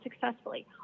successfully